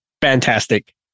Fantastic